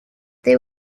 they